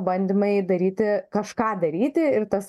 bandymai daryti kažką daryti ir tas